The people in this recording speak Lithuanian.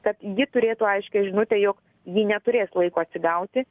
kad ji turėtų aiškią žinutę jog ji neturės laiko atsigauti